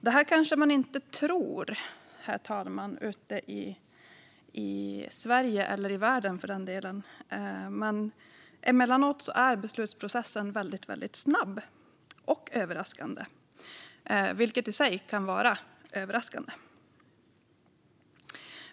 Det här kanske man inte tror, herr talman, ute i Sverige, eller för den delen ute i världen, men emellanåt är beslutsprocessen väldigt snabb och överraskande, vilket i sig kan vara överraskande.